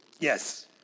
Yes